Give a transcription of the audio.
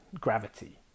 gravity